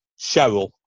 Cheryl